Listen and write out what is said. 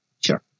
Sure